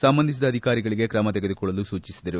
ಸಂಬಂಧಿಸಿದ ಅಧಿಕಾರಿಗಳಿಗೆ ಕ್ರಮ ತೆಗೆದುಕೊಳ್ಳಲು ಸೂಚಿಸಿದರು